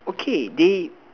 okay they